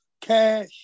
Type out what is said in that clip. cash